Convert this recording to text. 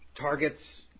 targets